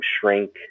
shrink